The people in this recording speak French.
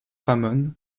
ramon